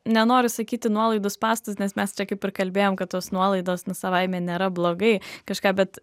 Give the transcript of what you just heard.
nenoriu sakyti nuolaidų spąstus nes mes čia kaip ir kalbėjom kad tos nuolaidos savaime nėra blogai kažką bet